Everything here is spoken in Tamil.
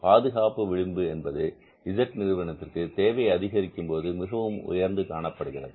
பாதுகாப்பு விளிம்பு என்பது இசட் நிறுவனத்திற்கு தேவை அதிகரிக்கும் போது மிகவும் உயர்ந்து காணப்படுகிறது